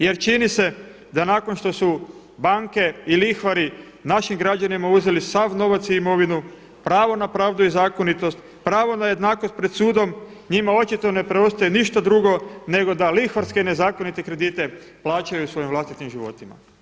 Jer čini se da nakon što su banke i lihvari našim građanima uzeli sav novac i imovinu, pravo na pravdu i zakonitost, pravo na jednakost pred sudom njima očito ne preostaje ništa drugo nego da lihvarske nezakonite kredite plaćaju svojim vlastitim životima.